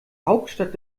hauptstadt